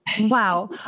Wow